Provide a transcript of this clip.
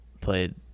played